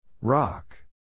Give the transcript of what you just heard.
Rock